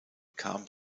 kam